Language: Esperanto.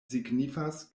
signifas